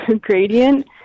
gradient